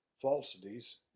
falsities